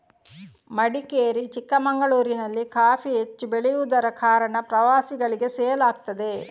ಮಡಿಕೇರಿ, ಚಿಕ್ಕಮಗಳೂರಿನಲ್ಲಿ ಕಾಫಿ ಹೆಚ್ಚು ಬೆಳೆಯುದರ ಕಾರಣ ಪ್ರವಾಸಿಗಳಿಗೆ ಸೇಲ್ ಆಗ್ತದೆ